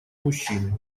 мужчины